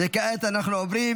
אני קובע